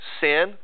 sin